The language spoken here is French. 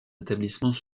établissement